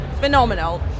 phenomenal